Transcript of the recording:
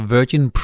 Virgin